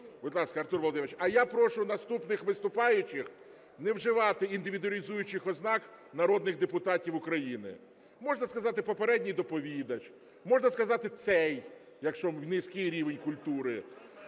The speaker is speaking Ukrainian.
А я прошу наступних виступаючих не вживати індивідуалізуючих ознак народних депутатів України. Можна сказати, попередній доповідач, можна сказати, цей, якщо низький рівень культури,